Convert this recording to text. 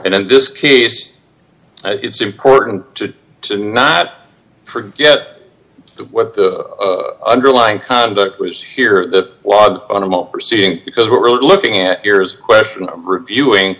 and in this case it's important to not forget what the underlying conduct was here the log on and what proceedings because we're looking at years question reviewing